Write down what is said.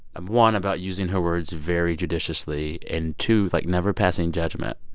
um one, about using her words very judiciously and, two, like, never passing judgment